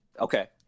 Okay